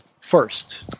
first